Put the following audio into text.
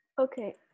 Okay